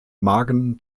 magen